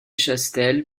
chastel